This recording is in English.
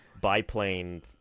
biplane